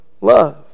love